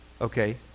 Okay